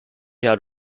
had